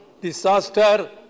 disaster